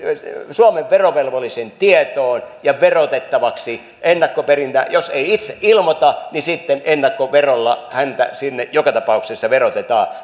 suomen verottajan tietoon ja verotettavaksi jos ei itse ilmoita niin sitten ennakkoverolla häntä joka tapauksessa verotetaan